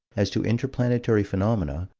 as to inter-planetary phenomena,